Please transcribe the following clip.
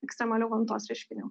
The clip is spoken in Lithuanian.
ekstremalių gamtos reiškinių